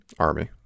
army